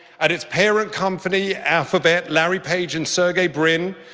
at its parent company, alphabet, larry page and sergey brin,